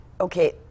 Okay